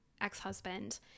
ex-husband